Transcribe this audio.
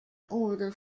order